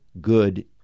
good